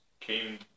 came